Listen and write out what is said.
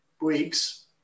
weeks